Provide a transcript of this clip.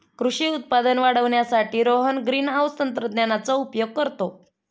कृषी उत्पादन वाढवण्यासाठी रोहन ग्रीनहाउस तंत्रज्ञानाचा उपयोग करतो